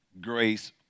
grace